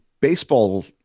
baseball